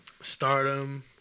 stardom